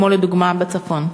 כמו לדוגמה בצפון?